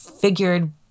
Figured